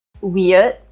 weird